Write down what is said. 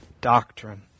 doctrine